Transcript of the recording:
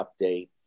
update